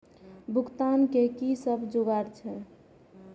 भुगतान के कि सब जुगार छे?